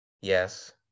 yes